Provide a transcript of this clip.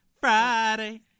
Friday